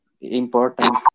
important